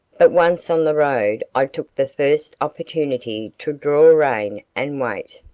but once on the road i took the first opportunity to draw rein and wait,